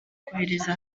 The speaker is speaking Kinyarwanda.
kohereza